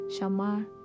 shamar